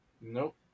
nope